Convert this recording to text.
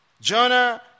Jonah